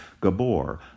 Gabor